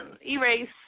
Erase